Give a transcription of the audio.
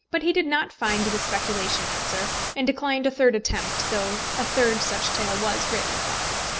but he did not find the speculation answer, and declined a third attempt, though a third such tale was written for him.